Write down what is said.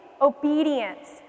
obedience